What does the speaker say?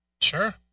Sure